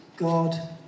God